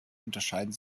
unterscheiden